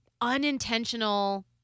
unintentional